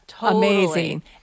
amazing